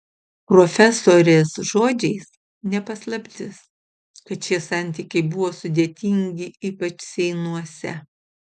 profesorės žodžiais ne paslaptis kad šie santykiai buvo sudėtingi ypač seinuose